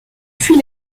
fuit